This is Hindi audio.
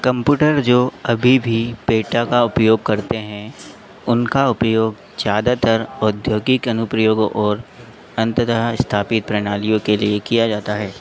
कंपूटर जो अभी भी पैटा का उपयोग करते हैं उनका उपयोग ज़्यादातर औद्योगिक अनुप्रयोगों और अंततः स्थापित प्रणालियों के लिए किया जाता है